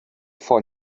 for